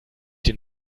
den